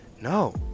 no